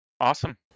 awesome